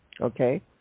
Okay